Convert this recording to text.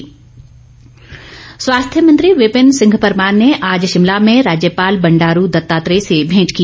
मेंट स्वास्थ्य मंत्री विपिन सिंह परमार ने आज शिमला में राज्यपाल बंडारू दत्तात्रेय से भेंट की